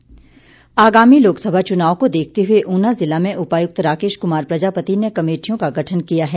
चुनाव कमेटियां आगामी लोकसभा चुनाव को देखते हुए ऊना जिला में उपायुक्त राकेश कुमार प्रजापति ने कमेटियों का गठन किया है